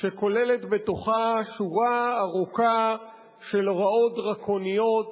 שכוללת בתוכה שורה ארוכה של הוראות דרקוניות